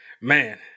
man